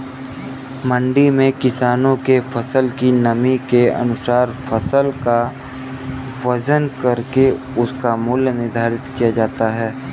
मंडी में किसानों के फसल की नमी के अनुसार फसल का वजन करके उसका मूल्य निर्धारित किया जाता है